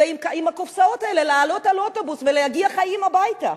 ועם הקופסאות האלה לעלות על אוטובוס ולהגיע חיים הביתה.